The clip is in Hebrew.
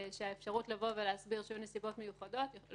הבנקים יודעים להסתדר, זה לא